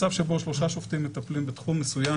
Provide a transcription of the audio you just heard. מצב שבו שלושה שופטים מטפלים בתחום מסוים,